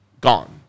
Gone